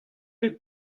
bet